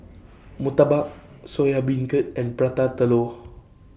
Murtabak Soya Beancurd and Prata Telur